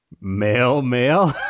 Male-male